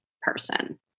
person